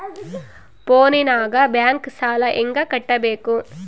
ಫೋನಿನಾಗ ಬ್ಯಾಂಕ್ ಸಾಲ ಹೆಂಗ ಕಟ್ಟಬೇಕು?